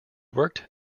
worked